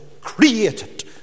created